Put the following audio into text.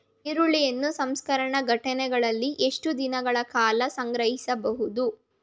ಈರುಳ್ಳಿಯನ್ನು ಸಂಸ್ಕರಣಾ ಘಟಕಗಳಲ್ಲಿ ಎಷ್ಟು ದಿನಗಳ ಕಾಲ ಸಂಗ್ರಹಿಸಬಹುದು?